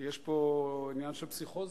כי יש פה עניין של פסיכוזה.